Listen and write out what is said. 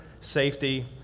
safety